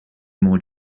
more